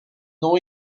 non